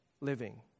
living